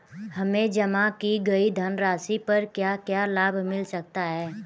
हमें जमा की गई धनराशि पर क्या क्या लाभ मिल सकता है?